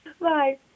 Bye